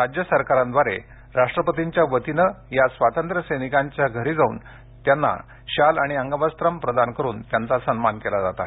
राज्य सरकारांनी राष्ट्रपतींच्या वतीने या स्वातंत्र्य सैनिकांच्या घरी जाऊन त्यांना शाल आणि अंगवस्त्रम प्रदान करुन त्यांचा सन्मान केला जात आहे